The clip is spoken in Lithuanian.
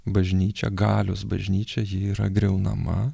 bažnyčia galios bažnyčią ji yra griaunama